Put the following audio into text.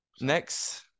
Next